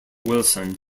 wilson